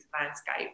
landscape